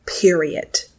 Period